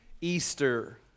Easter